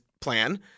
Plan